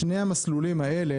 משני המסלולים האלה,